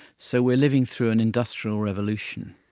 so we are living through an industrial revolution,